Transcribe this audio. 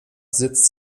sitzt